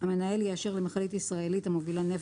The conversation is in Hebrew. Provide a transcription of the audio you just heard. המנהל יאשר למכלית ישראלית המובילה נפט